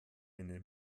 eine